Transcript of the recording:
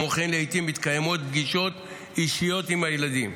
כמו כן, לעיתים מתקיימות פגישות אישיות עם הילדים.